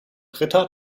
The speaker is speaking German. ritter